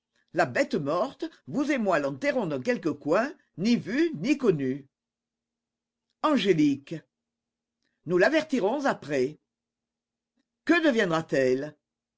la bête morte vous et moi l'enterrons dans quelque coin ni vu ni connu angélique nous l'avertirons après que deviendra t elle